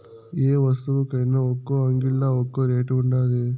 యే వస్తువుకైన ఒక్కో అంగిల్లా ఒక్కో రేటు ఉండాది